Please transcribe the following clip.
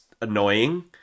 annoying